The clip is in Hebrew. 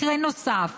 מקרה נוסף,